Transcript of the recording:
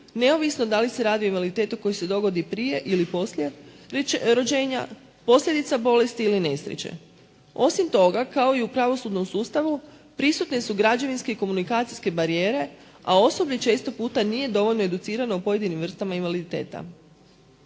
neovisno da li se radi o invaliditetu koji se dogodi prije ili poslije rođenja, posljedica bolesti ili nesreće. Osim toga, kao i u pravosudnom sustavu prisutne su građevinske i komunikacijske barijere a osoba često puta nije dovoljno educirana o pojedinim vrstama invaliditeta.